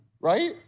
right